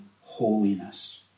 holiness